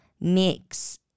mix